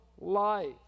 life